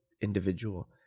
individual